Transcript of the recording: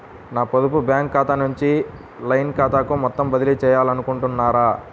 నా పొదుపు బ్యాంకు ఖాతా నుంచి లైన్ ఖాతాకు మొత్తం బదిలీ చేయాలనుకుంటున్నారా?